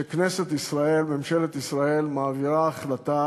שכנסת ישראל, ממשלת ישראל, מעבירה החלטה